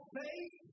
faith